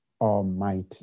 Almighty